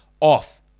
off